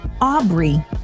Aubrey